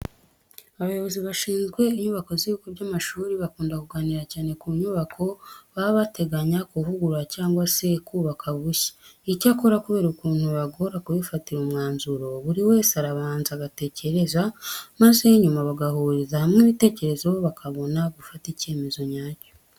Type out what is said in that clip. Abayobozi bashinzwe inyubako z'ibigo by'amashuri bakunda kuganira cyane ku nyubako baba bateganya kuvugurura cyangwa se kubaka bushya. Icyakora kubera ukuntu bibagora kubifatira umwanzuro, buri wese arabanza agatekereza, maze nyuma bagahuriza hamwe ibitekerezo bakabona gufata icyemezo nyacyo.